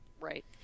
Right